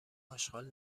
آشغال